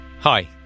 Hi